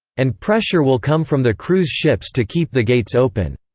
and pressure will come from the cruise ships to keep the gates open.